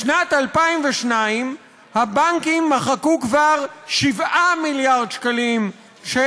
בשנת 2002 הבנקים מחקו כבר 7 מיליארד שקלים של